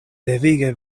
devige